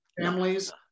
Families